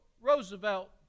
Roosevelt